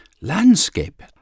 landscape